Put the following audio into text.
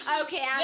Okay